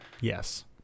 Yes